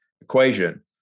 equation